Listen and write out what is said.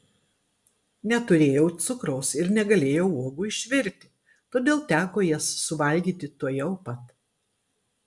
neturėjau cukraus ir negalėjau uogų išvirti todėl teko jas suvalgyti tuojau pat